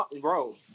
Bro